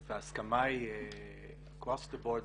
וההסכמה היא Across the board במשרד.